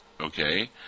okay